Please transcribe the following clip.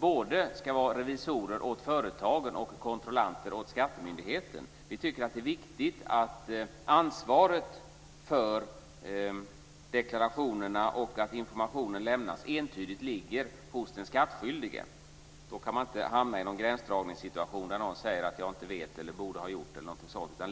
både ska vara revisorer åt företagen och kontrollanter åt skattemyndigheten. Vi tycker att det är viktigt att ansvaret för deklarationerna och att informationen lämnas entydigt ligger hos den skattskyldige. Då kan man inte hamna i någon gränsdragningssituation där någon säger att man inte vet, borde ha gjort eller något sådant.